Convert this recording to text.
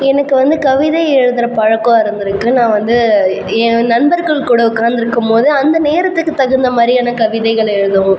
எனக்கு வந்து கவிதை எழுதுகிற பழக்கம் இருந்துருக்கு நான் வந்து என் நண்பர்கள் கூட உட்காந்துருக்கும் போது அந்த நேரத்துக்கு தகுந்த மாதிரியான கவிதைகள் எழுதுவோம்